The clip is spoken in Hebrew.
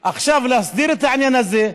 עכשיו להסדיר את העניין הזה.